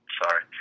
sorry